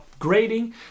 upgrading